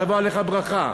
תבוא עליך ברכה.